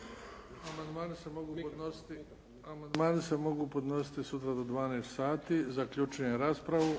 Amandmani se mogu podnositi sutra do 12 sati. Zaključujem raspravu.